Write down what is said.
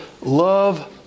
love